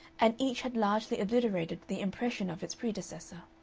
and each had largely obliterated the impression of its predecessor.